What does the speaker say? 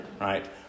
right